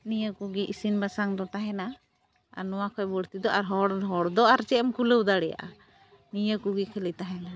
ᱱᱤᱭᱟᱹᱠᱚᱜᱮ ᱤᱥᱤᱱᱼᱵᱟᱥᱟᱝ ᱫᱚ ᱛᱟᱦᱮᱱᱟ ᱟᱨ ᱱᱚᱣᱟᱠᱷᱚᱡ ᱵᱟᱹᱲᱛᱤᱫᱚ ᱟᱨᱦᱚᱸ ᱦᱚᱲᱫᱚ ᱟᱨ ᱪᱮᱫᱠᱚ ᱠᱩᱞᱟᱹᱣ ᱫᱟᱲᱮᱭᱟᱜᱼᱟ ᱱᱤᱭᱟᱹᱠᱚᱜᱮ ᱠᱷᱟᱹᱞᱤ ᱛᱟᱦᱮᱱᱟ